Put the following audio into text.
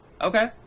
okay